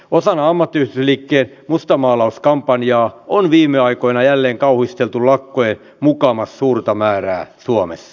osana ammattiyhdistysliikkeen mustamaalauskampanjaa on viime aikoina jälleen kauhisteltu lakkojen mukamas suurta määrää suomessa